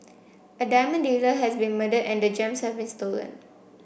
a diamond dealer has been murdered and the gems have been stolen